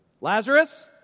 Lazarus